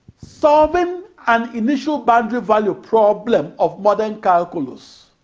solving an initial-boundary value problem of modern calculus